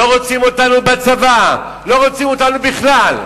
לא רוצים אותנו בצבא, לא רוצים אותנו בכלל.